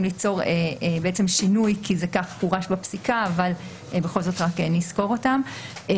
ליצור שינוי כי כך זה פורש בפסיקה אבל בכל זאת נסקור אותם.